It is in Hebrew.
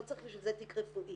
לא צריך בשביל זה תיק רפואי.